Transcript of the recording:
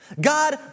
God